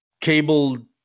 cable